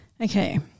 Okay